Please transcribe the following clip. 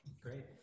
great